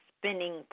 spinning